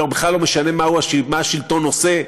בכלל לא משנה מה השלטון עושה,